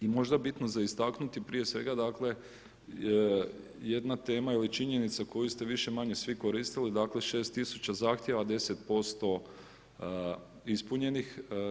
I možda bitno za istaknuti prije svega dakle jedna tema ili činjenica koju ste više-manje svi koristili dakle 6000 zahtjeva, 10% ispunjenih.